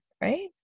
right